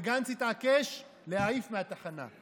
וגנץ התעקש להעיף מהתחנה.